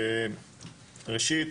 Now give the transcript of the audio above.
ראשית,